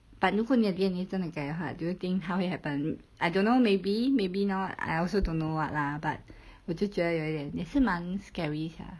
but 如果你的 D_N_A 真的改的话 do you think 他会 happen or not I don't know maybe maybe not I also don't know what lah but 我就觉得有一点也是蛮 scary sia